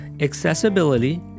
accessibility